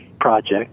Project